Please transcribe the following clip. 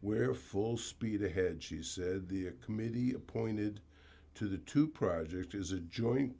where full speed ahead she said the committee appointed to the two project is a jo